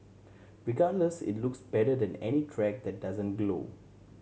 regardless it looks better than any track that doesn't glow